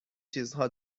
چیزها